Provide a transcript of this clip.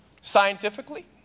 scientifically